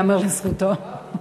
ייאמר לזכותו.